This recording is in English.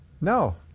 No